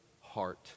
heart